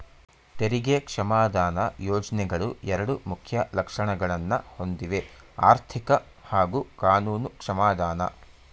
ತೆರಿಗೆ ಕ್ಷಮಾದಾನ ಯೋಜ್ನೆಗಳು ಎರಡು ಮುಖ್ಯ ಲಕ್ಷಣಗಳನ್ನ ಹೊಂದಿವೆಆರ್ಥಿಕ ಹಾಗೂ ಕಾನೂನು ಕ್ಷಮಾದಾನ